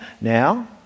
Now